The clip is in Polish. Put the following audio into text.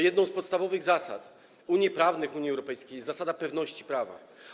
Jedną z podstawowych zasad prawnych Unii Europejskiej jest zasada pewności prawa.